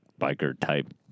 biker-type